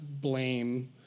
blame